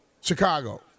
Chicago